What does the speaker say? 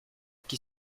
qui